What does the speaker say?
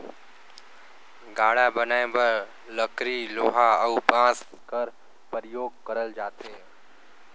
गाड़ा बनाए बर लकरी लोहा अउ बाँस कर परियोग करल जाथे